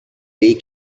ell